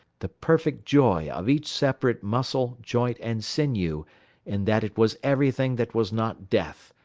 the perfect joy of each separate muscle, joint, and sinew in that it was everything that was not death,